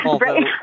Right